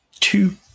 two